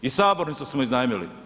I sabornicu smo iznajmili.